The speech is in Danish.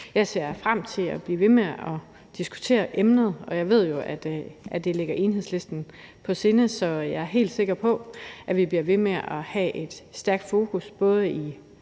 Jeg ser frem til at blive ved med at diskutere emnet, og jeg ved jo, at det ligger Enhedslisten på sinde, så jeg er helt sikker på, at vi bliver ved med at have et stærkt fokus, både i